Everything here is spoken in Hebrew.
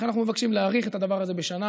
לכן אנחנו מבקשים להאריך את הדבר הזה בשנה,